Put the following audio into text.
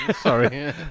sorry